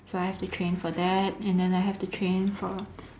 so I have to train for that and then I have to train for